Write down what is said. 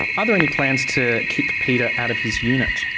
are there any plans to kick peter out of his unit?